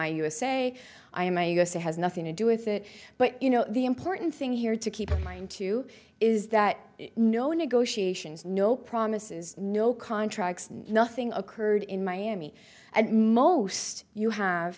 usa i am i guess it has nothing to do with it but you know the important thing here to keep in mind too is that no negotiations no promises no contracts nothing occurred in miami and most you have